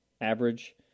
average